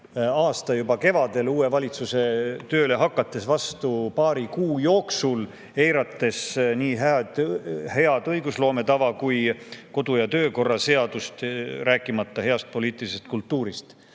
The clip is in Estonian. aastal, juba kevadel, uue valitsuse tööle hakates, vastu paari kuu jooksul, eirates nii head õigusloome tava kui ka kodu‑ ja töökorra seadust, rääkimata heast poliitilisest kultuurist.